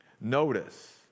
Notice